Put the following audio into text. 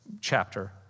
chapter